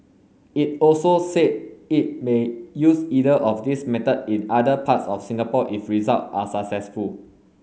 it also said it may use either of these method in other parts of Singapore if result are successful